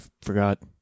forgot